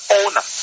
owner